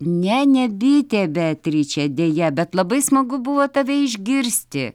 ne ne bitė beatriče deja bet labai smagu buvo tave išgirsti